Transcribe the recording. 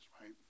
right